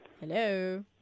Hello